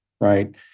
right